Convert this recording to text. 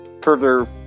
further